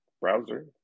browser